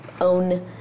own